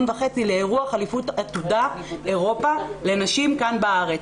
וחצי לאירוע אליפות עתודה אירופה לנשים כאן בארץ.